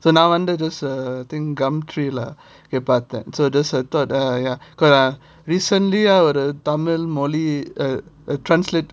so now under this uh thing gumtree lah பார்த்தேன்:parthen so just I thought uh ya ah ya recently ah got the Tamil மொழி:tamil moli uh translate